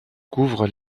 couvre